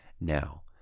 now